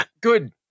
Good